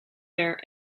there